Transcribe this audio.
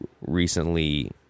recently